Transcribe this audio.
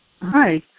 Hi